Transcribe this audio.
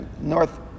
north